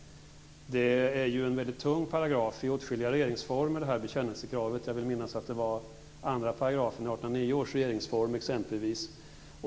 Bekännelsekravet är en väldigt tung paragraf i åtskilliga regeringsformer. Jag vill minnas att det var 2 § i 1809 års regeringsform, exempelvis.